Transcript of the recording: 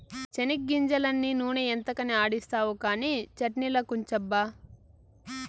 చెనిగ్గింజలన్నీ నూనె ఎంతకని ఆడిస్తావు కానీ చట్ట్నిలకుంచబ్బా